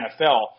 NFL